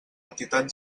entitat